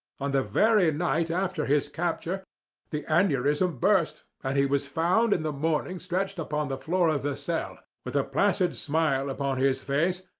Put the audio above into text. on the very night after his capture the aneurism burst, and he was found in the morning stretched upon the floor of the cell, with a placid smile upon his face,